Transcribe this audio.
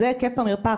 זה היקף המרפאה.